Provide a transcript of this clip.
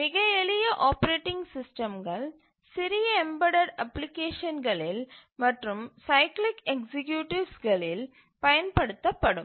மிக எளிய ஆப்பரேட்டிங் சிஸ்டம்கள் சிறிய எம்பெடட் அப்ளிகேஷன்களில் மற்றும் சைக்கிளிக் எக்சீக்யூட்டிவ்ஸ்களில் பயன்படுத்தப்படும்